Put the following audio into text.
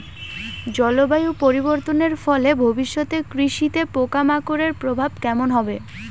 জলবায়ু পরিবর্তনের ফলে ভবিষ্যতে কৃষিতে পোকামাকড়ের প্রভাব কেমন হবে?